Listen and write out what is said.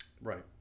Right